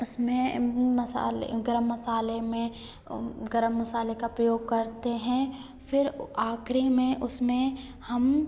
उसमें मसाले गरम मसाले में गरम मसाले का प्रयोग करते हैं फिर आखिरी में उसमें हम